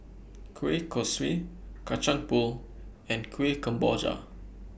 Kueh Kosui Kacang Pool and Kuih Kemboja